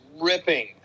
ripping